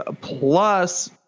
plus